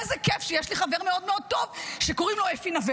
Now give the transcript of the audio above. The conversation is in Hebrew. איזה כיף שיש לי חבר מאוד מאוד טוב שקוראים לו אפי נוה,